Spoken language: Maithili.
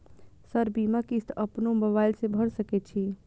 सर बीमा किस्त अपनो मोबाईल से भर सके छी?